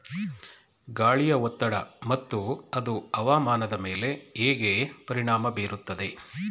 ಗಾಳಿಯ ಒತ್ತಡ ಮತ್ತು ಅದು ಹವಾಮಾನದ ಮೇಲೆ ಹೇಗೆ ಪರಿಣಾಮ ಬೀರುತ್ತದೆ?